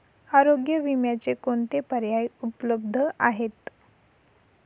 आरोग्य विम्याचे कोणते पर्याय उपलब्ध आहेत?